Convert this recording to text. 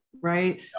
right